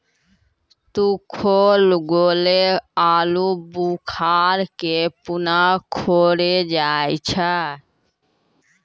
सुखैलो गेलो आलूबुखारा के प्रून कहै छै